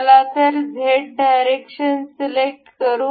चला तर हे झेड डायरेक्शन सिलेक्ट करू